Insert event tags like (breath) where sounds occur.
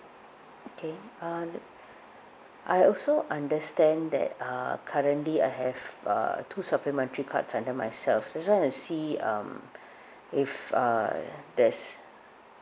okay uh I also understand that uh currently I have uh two supplementary cards under myself so just wanna see um (breath) if uh there's